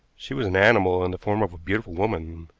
she was an animal in the form of a beautiful woman.